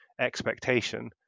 expectation